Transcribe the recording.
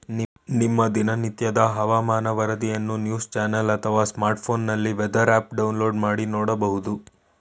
ನಮ್ಮ ದಿನನಿತ್ಯದ ಹವಾಮಾನ ವರದಿಯನ್ನು ನ್ಯೂಸ್ ಚಾನೆಲ್ ಅಥವಾ ಸ್ಮಾರ್ಟ್ಫೋನ್ನಲ್ಲಿ ವೆದರ್ ಆಪ್ ಡೌನ್ಲೋಡ್ ಮಾಡಿ ನೋಡ್ಬೋದು